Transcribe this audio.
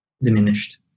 diminished